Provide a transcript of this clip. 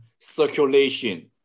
circulation